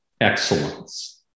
excellence